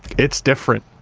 it's different.